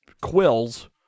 Quills